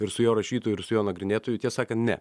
ir su jo rašytoju ir su jo nagrinėtoju tiesą sakant ne